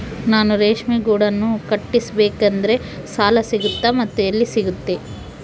ನಾನು ರೇಷ್ಮೆ ಗೂಡನ್ನು ಕಟ್ಟಿಸ್ಬೇಕಂದ್ರೆ ಸಾಲ ಸಿಗುತ್ತಾ ಮತ್ತೆ ಎಲ್ಲಿ ಸಿಗುತ್ತೆ?